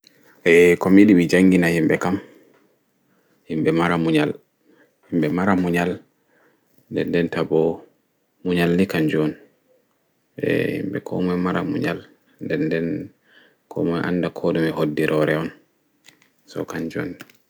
Eeh ko mi yiɗi mi jangina himɓe kam mara munyam nɗen nɗen ta ɓo ko moi anɗa koɗime hoɗɗi roore on.